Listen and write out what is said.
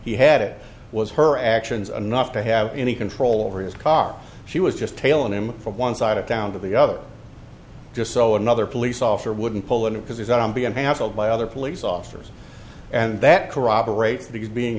he had it was her actions anough to have any control over his car she was just tailing him from one side of town to the other just so another police officer wouldn't pull it because he's out on behalf of my other police officers and that corroborates that he's being